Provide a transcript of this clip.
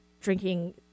drinking